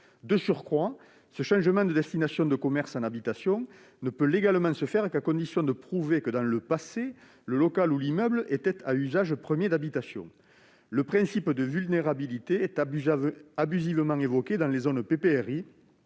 De surcroît, un tel changement de destination de commerce en habitation ne peut légalement se faire qu'à condition de prouver que, dans le passé, le local ou l'immeuble était à usage premier d'habitation. Le principe de vulnérabilité est abusivement évoqué dans les zones PPRI,